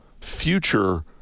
future